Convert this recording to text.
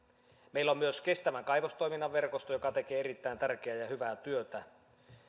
meillä on myös kestävän kaivostoiminnan verkosto joka tekee erittäin tärkeää ja hyvää työtä